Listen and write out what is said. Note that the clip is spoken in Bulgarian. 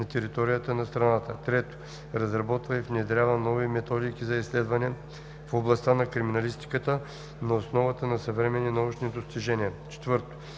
на територията на страната; 3. разработва и внедрява нови методики за изследване в областта на криминалистиката на основата на съвременни научни достижения; 4.